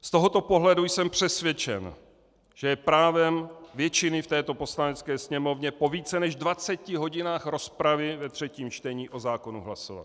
Z tohoto pohledu jsem přesvědčen, že je právem většiny v této Poslanecké sněmovně po více než 20 hodinách rozpravy ve třetím čtení o zákonu hlasovat.